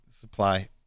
Supply